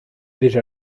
déjà